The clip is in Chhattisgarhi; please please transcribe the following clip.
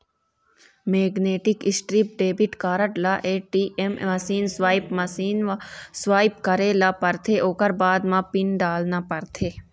मेगनेटिक स्ट्रीप डेबिट कारड ल ए.टी.एम मसीन, स्वाइप मशीन म स्वाइप करे ल परथे ओखर बाद म पिन डालना परथे